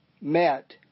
met